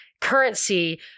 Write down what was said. currency